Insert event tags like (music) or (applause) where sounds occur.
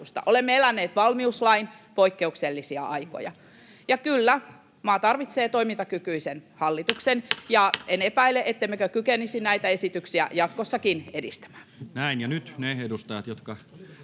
Olemme eläneet valmiuslain poik- keuksellisia aikoja. Ja kyllä, maa tarvitsee toimintakykyisen hallituksen, (noise) ja en epäile, ettemmekö kykenisi näitä esityksiä jatkossakin edistämään. Näin. — Ja nyt ne edustajat, jotka